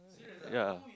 yea